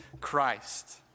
Christ